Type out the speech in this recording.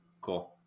Cool